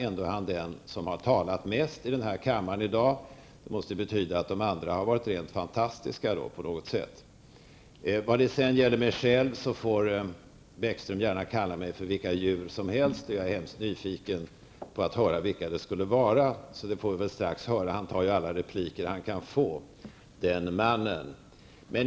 Ändå är han den som talat mest här i kammaren i dag. Det måste betyda att andra på något sätt måste varit rent fantastiska. Vad sedan gäller mig själv får Bäckström gärna kalla mig för vilka djur som helst, och jag är hemskt nyfiken på att höra vilka djur det i så fall skulle vara. Det får vi väl strax höra. Han tar ju alla repliker han kan få den mannen.